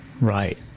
Right